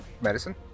Medicine